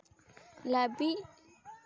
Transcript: ᱞᱟᱹᱵᱤᱫ